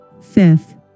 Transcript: Fifth